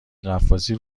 غواصی